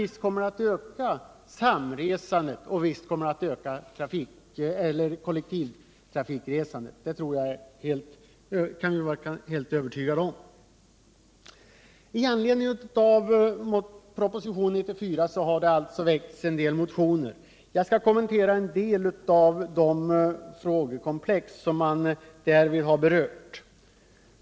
Det 145 kommer säkert att öka samresandet och det kollektiva resandet. Det tror jag vi kan vara helt övertygade om. Nu har det väckts en del motioner i anledning av propositionen 1977/78:94. Jag skall här något kommentera en del av de frågekomplex som då har berörts.